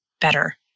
better